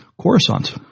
Coruscant